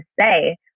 say